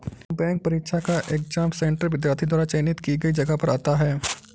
bank परीक्षा का exam centre विद्यार्थी द्वारा चयनित की गई जगह पर आता है